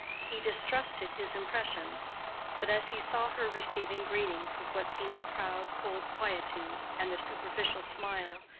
he distrusted his impressions but as he saw her receiving greetings with what seemed a proud cold quietude and a superficial smile,